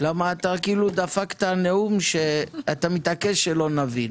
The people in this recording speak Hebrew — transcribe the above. למה אתה כאילו דפקת נאום שאתה מתעקש שלא נבין.